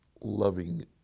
loving